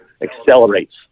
accelerates